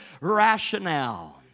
rationale